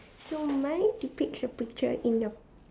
so mine depicts a picture in a